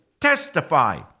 testify